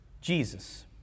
Jesus